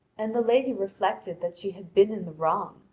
and the lady reflected that she had been in the wrong.